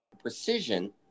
Precision